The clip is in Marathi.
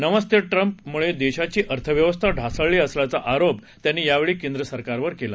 नमस्ते ट्रप मुळे देशाची अर्थव्यवस्था ढासळली असल्याचा आरोप त्यांनी यावेळी केंद्र सरकावर केला